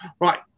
right